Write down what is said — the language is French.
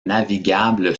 navigable